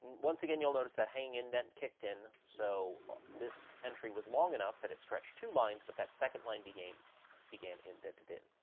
once again, you'll notice that that hanging indent kicked in, so this entry was long enough that it stretched two lines, but that second line began began indented in.